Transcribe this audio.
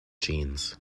jeans